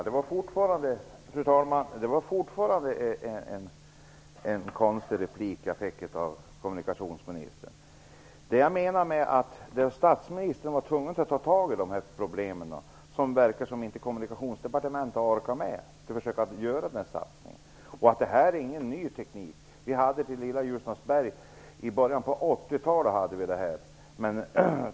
Fru talman! Det var ytterligare en konstig replik av kommunikationsministern. Statsministern var ju tvungen att ta itu med dessa problem. Det verkar som att Kommunikationsdepartementet inte orkar med denna satsning. Det här är ingen ny teknik. Vi använde den i Ljusnansberg redan i början av 80-talet.